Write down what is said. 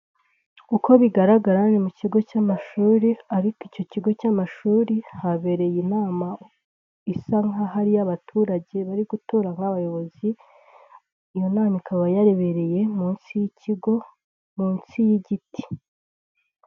Uko bigaragara ni mu kigo cy'amashuri ariko icyo kigo cy'amashuri habereye inama isa nkaho ari iy'abaturage bari gutora abayobozi iyo nama ikaba yabereye mu nsi y'ikigo mu nsi y'igiti.